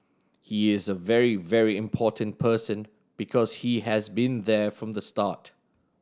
he is a very very important person because he has been there from the start